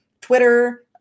Twitter